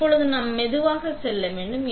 இப்போது நாம் மெதுவாக செல்ல வேண்டும்